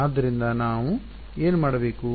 ಆದ್ದರಿಂದ ನಾವು ಏನು ಮಾಡಬೇಕು